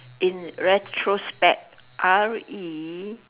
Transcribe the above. in retrospect R E